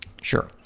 Sure